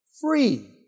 free